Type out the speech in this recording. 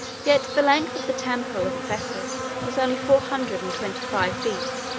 yet the length of the temple of ephesus was only four hundred and twenty-five feet,